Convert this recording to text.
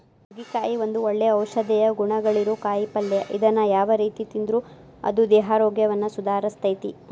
ನುಗ್ಗಿಕಾಯಿ ಒಂದು ಒಳ್ಳೆ ಔಷಧೇಯ ಗುಣಗಳಿರೋ ಕಾಯಿಪಲ್ಲೆ ಇದನ್ನ ಯಾವ ರೇತಿ ತಿಂದ್ರು ಅದು ದೇಹಾರೋಗ್ಯವನ್ನ ಸುಧಾರಸ್ತೆತಿ